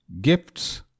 Gifts